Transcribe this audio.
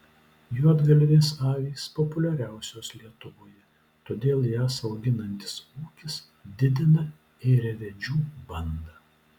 juodgalvės avys populiariausios lietuvoje todėl jas auginantis ūkis didina ėriavedžių bandą